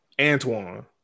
Antoine